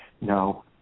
no